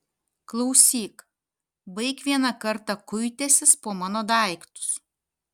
klausyk baik vieną kartą kuitęsis po mano daiktus